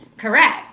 Correct